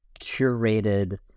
curated